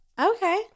okay